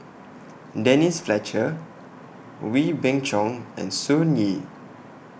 Denise Fletcher Wee Beng Chong and Sun Yee